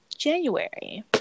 January